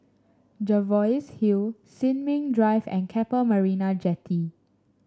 Jervois Hill Sin Ming Drive and Keppel Marina Jetty